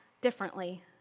differently